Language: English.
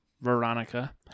Veronica